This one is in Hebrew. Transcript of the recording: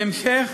בהמשך